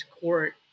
court